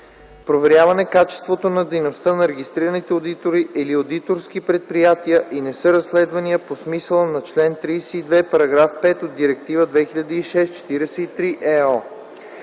проверяване качеството на дейността на регистрираните одитори или одиторските предприятия, и не са разследвания по смисъла на чл. 32, § 5 от Директива 2006/43/ЕО.